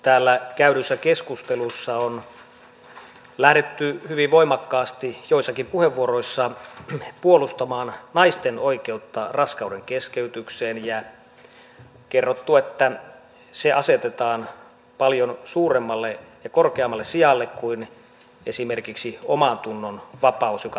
täällä käydyssä keskustelussa on lähdetty hyvin voimakkaasti joissakin puheenvuoroissa puolustamaan naisten oikeutta raskaudenkeskeytykseen ja on kerrottu että se asetetaan paljon suuremmalle ja korkeammalle sijalle kuin esimerkiksi omantunnonvapaus joka perustuslaissa taataan